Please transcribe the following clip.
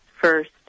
first